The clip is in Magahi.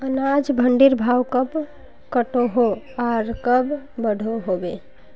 अनाज मंडीर भाव कब घटोहो आर कब बढ़ो होबे?